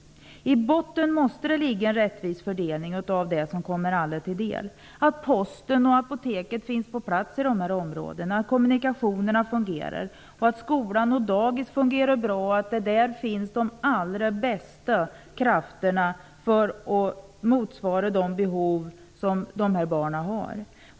I botten måste det ligga en rättvis fördelning av det som skall komma alla till del. Det är viktigt att det finns post och apotek i dessa områden och att kommunikationerna fungerar. Skola och dagis måste fungera bra och där skall de allra bästa krafterna finnas för att motsvara de behov som dessa barn har.